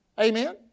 Amen